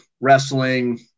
wrestling